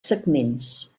segments